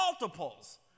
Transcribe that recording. multiples